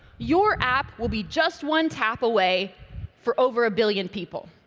your app will be just one tap away for over a billion people.